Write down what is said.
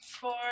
Four